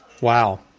Wow